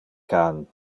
can